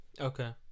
okay